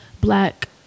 black